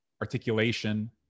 articulation